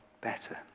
better